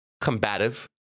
combative